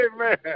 Amen